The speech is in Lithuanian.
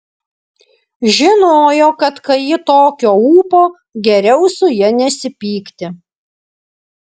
žinojo kad kai ji tokio ūpo geriau su ja nesipykti